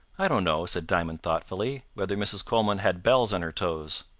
i don't know said diamond thoughtfully, whether mrs. coleman had bells on her toes.